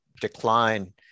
decline